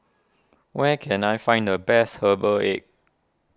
where can I find the best Herbal Egg